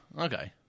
Okay